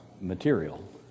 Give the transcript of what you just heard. material